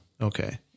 Okay